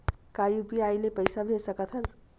का यू.पी.आई ले पईसा भेज सकत हन?